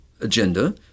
agenda